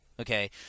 okay